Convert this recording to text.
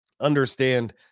understand